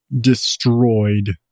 destroyed